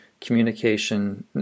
communication